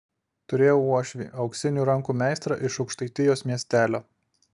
turėjau uošvį auksinių rankų meistrą iš aukštaitijos miestelio